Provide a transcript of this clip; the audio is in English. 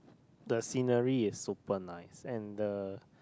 the scenery is super nice and the